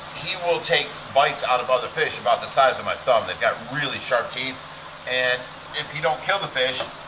he will take bites out of other fish about the size of my thumb. they've got really sharp teeth and if you don't kill the fish